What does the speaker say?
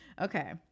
Okay